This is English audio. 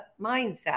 mindset